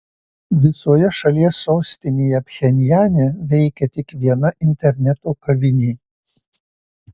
visoje šalies sostinėje pchenjane veikia tik viena interneto kavinė